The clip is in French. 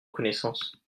reconnaissance